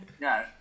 no